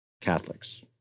Catholics